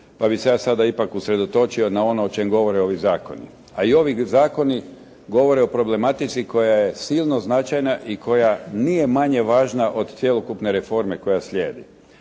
pa bih se ja sada ipak usredotočio na ono o čemu govore ovi zakoni. A i ovi zakoni govore o problematici koja je silno značajna i koja nije manje važna od cjelokupne reforme koja slijedi.